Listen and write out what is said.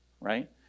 right